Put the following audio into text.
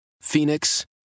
Phoenix